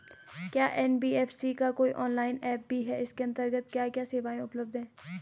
क्या एन.बी.एफ.सी का कोई ऑनलाइन ऐप भी है इसके अन्तर्गत क्या क्या सेवाएँ उपलब्ध हैं?